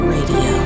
Radio